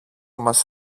μας